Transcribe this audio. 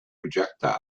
projectile